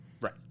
right